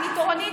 אני תורנית,